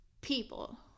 people